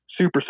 super